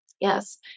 Yes